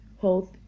health